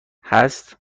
هست